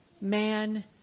man